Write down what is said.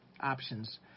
options –